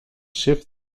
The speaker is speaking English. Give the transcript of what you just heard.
shifts